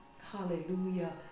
Hallelujah